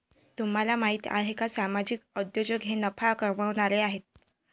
तुम्हाला माहिती आहे का सामाजिक उद्योजक हे ना नफा कमावणारे आहेत